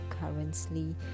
currently